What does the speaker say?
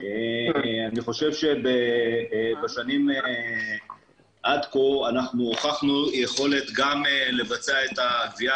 אני חושב שעד כה הוכחנו יכולת גם לבצע את הגבייה,